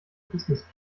business